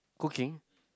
cooking